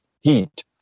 heat